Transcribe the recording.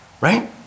right